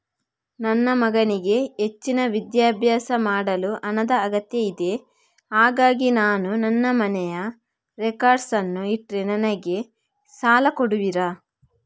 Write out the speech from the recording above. ನನ್ನ ಮಗನಿಗೆ ಹೆಚ್ಚಿನ ವಿದ್ಯಾಭ್ಯಾಸ ಮಾಡಲು ಹಣದ ಅಗತ್ಯ ಇದೆ ಹಾಗಾಗಿ ನಾನು ನನ್ನ ಮನೆಯ ರೆಕಾರ್ಡ್ಸ್ ಅನ್ನು ಇಟ್ರೆ ನನಗೆ ಸಾಲ ಕೊಡುವಿರಾ?